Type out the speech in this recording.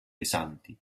pesanti